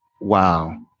wow